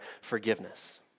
forgiveness